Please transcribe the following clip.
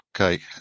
Okay